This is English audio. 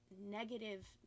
negative